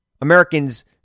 Americans